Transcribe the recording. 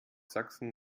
sachsen